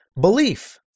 belief